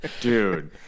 dude